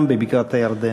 וגם בבקעת-הירדן.